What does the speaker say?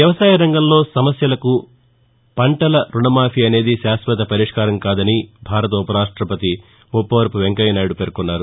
వ్యవసాయ రంగంలో సమస్యలకు పంటల రుణమాఫీ అనేది శాశ్వత పరిష్కారం కాదని భారత ఉపరాష్టపతి ముప్పవరపు వెంకయ్య నాయుడు పేర్కొన్నారు